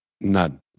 None